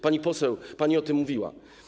Pani poseł, pani o tym mówiła.